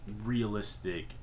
realistic